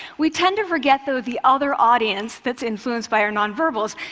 we tend to forget, though, the other audience that's influenced by our nonverbals,